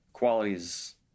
qualities